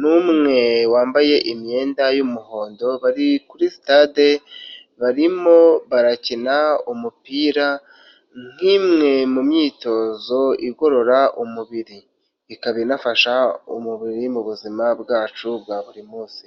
numwe wambaye imyenda y'umuhondo, bari kuri sitade barimo barakina umupira, nk'imwe mu myitozo igorora umubiri. Ikaba inafasha umubiri mu buzima bwacu bwa buri munsi.